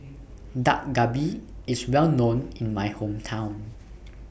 Dak Galbi IS Well known in My Hometown